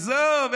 עזוב.